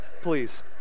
Please